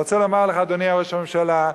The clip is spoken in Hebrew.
אדוני ראש הממשלה,